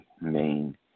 main